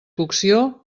cocció